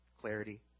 clarity